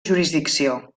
jurisdicció